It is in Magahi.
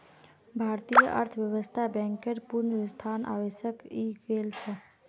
भारतीय अर्थव्यवस्थात बैंकेर पुनरुत्थान आवश्यक हइ गेल छ